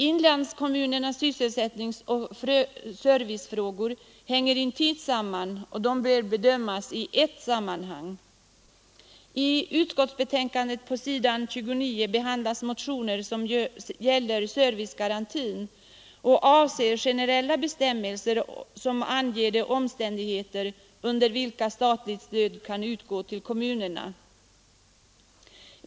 Inlandskommunernas sysselsättningsoch servicefrågor hänger intimt samman, och de bör bedömas i ett sammanhang. På s. 29 i utskottsbetänkandet behandlas motioner om servicegarantin, syftande till införande av generella bestämmelser där de omständigheter under vilka statligt stöd kan utgå till kommunerna anges.